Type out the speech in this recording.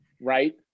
right